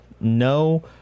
No